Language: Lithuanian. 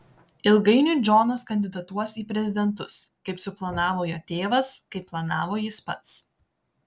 ilgainiui džonas kandidatuos į prezidentus kaip suplanavo jo tėvas kaip planavo jis pats